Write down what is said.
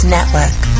Network